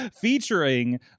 Featuring